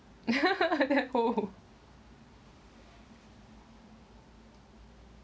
ho~